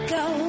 go